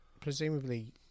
presumably